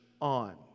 on